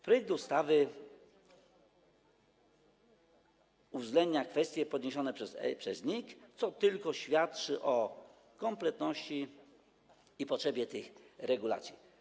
Projekt ustawy uwzględnia kwestie podniesione przez NIK, co tylko świadczy o kompletności i potrzebie tych regulacji.